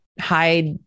hide